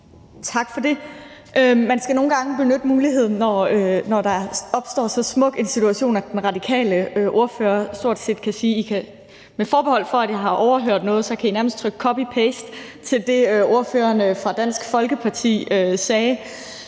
Tak for det. Man skal nogle gange benytte muligheden, når der opstår så smuk en situation, at den radikale ordfører stort set kan sige, at med forbehold for at jeg har overhørt noget, kan I nærmest trykke copy-paste til det, ordføreren for Dansk Folkeparti sagde.